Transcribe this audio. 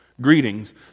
greetings